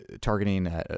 targeting